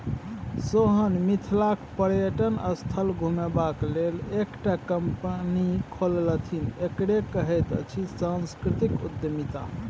सोहन मिथिलाक पर्यटन स्थल घुमेबाक लेल एकटा कंपनी खोललथि एकरे कहैत अछि सांस्कृतिक उद्यमिता